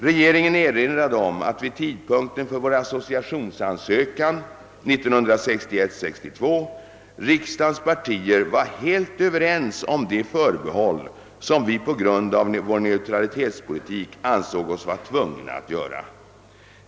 Regeringen erinrade om att vid tidpunkten för vår associationsansökan, 1961—1962, riksdagens partier var helt överens om de förbehåll som vi på grund av vår neutralitetspolitik ansåg oss vara tvungna att göra.